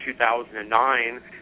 2009